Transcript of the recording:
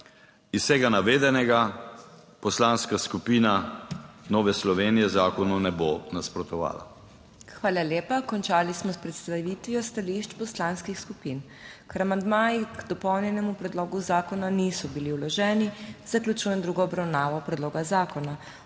Iz vsega navedenega Poslanska skupina Nove Slovenije zakonu ne bo nasprotovala. **PODPREDSEDNICA MAG. MEIRA HOT:** Hvala lepa. Končali smo s predstavitvijo stališč poslanskih skupin. Ker amandmaji k dopolnjenemu predlogu zakona niso bili vloženi, zaključujem drugo obravnavo predloga zakona.